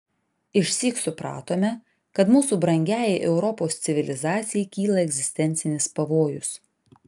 išsyk supratome kad mūsų brangiai europos civilizacijai kyla egzistencinis pavojus